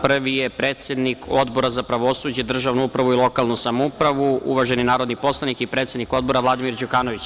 Prvi je predsednik Odbora za pravosuđe, državnu upravu i lokalnu samoupravu, uvaženi narodni poslanik i predsednik Odbora, Vladimir Đukanović.